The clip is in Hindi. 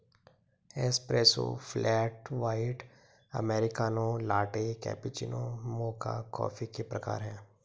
espresso, flat white, americano, latte, cappuccino, mocha coffee के प्रकार हैं